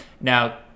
Now